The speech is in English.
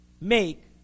make